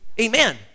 amen